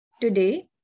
Today